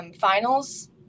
finals